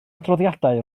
adroddiadau